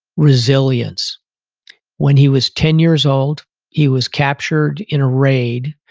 resilience when he was ten years old he was captured in a raid,